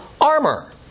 armor